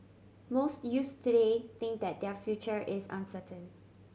most youths today think that their future is uncertain